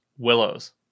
willows